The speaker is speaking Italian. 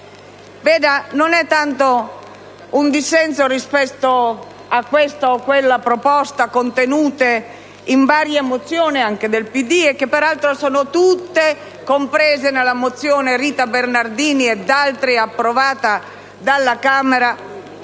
mio non è tanto un dissenso rispetto a questa o a quella proposta contenuta in varie mozioni, anche del PD, che peraltro sono tutte comprese nella mozione Bernardini e altri, approvata della Camera